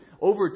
over